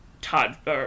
Todd